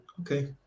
okay